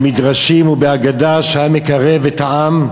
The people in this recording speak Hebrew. במדרשים ובאגדה לקרב את העם,